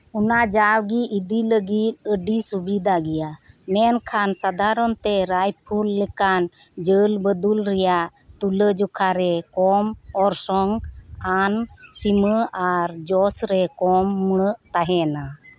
ᱚᱱᱟ ᱡᱟᱣᱜᱤ ᱤᱫᱤ ᱞᱟᱹᱜᱤᱫ ᱟᱹᱰᱤ ᱥᱩᱵᱤᱫᱟ ᱜᱮᱭᱟ ᱢᱮᱱᱠᱷᱟᱱ ᱥᱟᱫᱷᱟᱨᱚᱱ ᱛᱮ ᱨᱟᱭᱯᱩᱨ ᱞᱮᱠᱟᱱ ᱡᱷᱟᱹᱞ ᱵᱟᱹᱫᱩᱲ ᱨᱮᱭᱟᱜ ᱛᱩᱞᱟᱹ ᱡᱚᱠᱷᱟᱨᱮ ᱠᱚᱢ ᱚᱨᱥᱚᱝ ᱟᱱ ᱥᱤᱢᱟᱹ ᱟᱨ ᱡᱚᱥᱨᱮᱠᱩ ᱠᱚᱢ ᱢᱩᱲᱟᱹᱜ ᱛᱟᱦᱮᱱᱟ